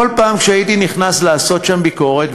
כל פעם שהייתי נכנס לעשות שם ביקורת,